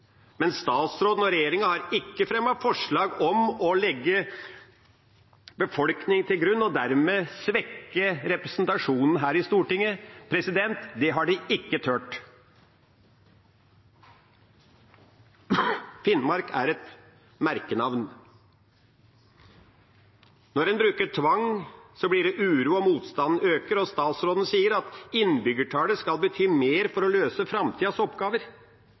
Men statsråden og regjeringa har ikke fremmet forslag om å legge befolkning til grunn og dermed svekke representasjonen her i Stortinget – det har de ikke tort. Finnmark er et merkenavn. Når en bruker tvang, blir det uro og motstanden øker. Statsråden sier at innbyggertallet skal bety mer for å løse framtidens oppgaver.